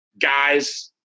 guys